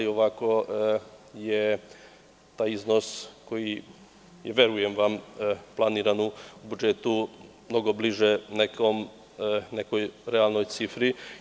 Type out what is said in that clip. Ovako je taj iznos koji je, verujem vam, planiran u budžetu mnogo bliži nekoj realnoj cifri.